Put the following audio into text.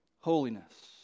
holiness